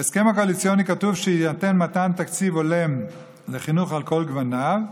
בהסכם הקואליציוני כתוב שיינתן תקציב הולם לחינוך על כל גווניו,